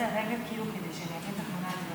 אין טענה.